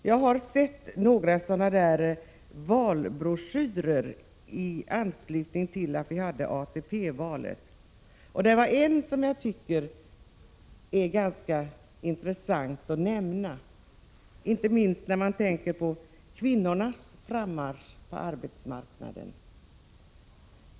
Jag har sett några valbroschyrer i anslutning till ATP-valet, och en av dem tycker jag är ganska intressant att nämna, inte minst när man tänker på kvinnornas frammarsch på arbetsmarknaden.